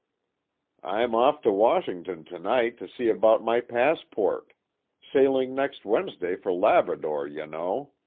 i'm off to washington to-night to see about my passport sailing next wednesday for labrador, you know.